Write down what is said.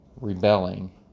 rebelling